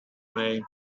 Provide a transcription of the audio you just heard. way